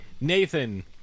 Nathan